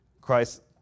Christ